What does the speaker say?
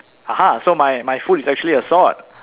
!aha! so my my food is actually a sword